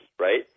right